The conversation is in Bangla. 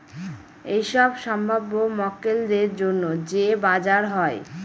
এইসব সম্ভাব্য মক্কেলদের জন্য যে বাজার হয়